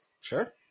Sure